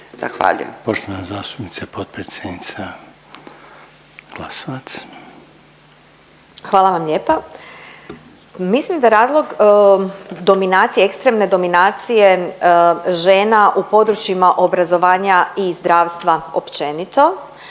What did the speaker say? Hvala vam lijepa. Mislim da razlog dominacije, ekstremne dominacije žena u područjima obrazovanja i zdravstva općenito,